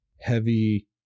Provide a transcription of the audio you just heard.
heavy